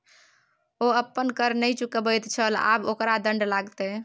ओ अपन कर नहि चुकाबैत छल आब ओकरा दण्ड लागतै